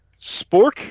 spork